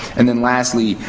and then, lastly,